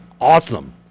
awesome